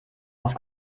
auf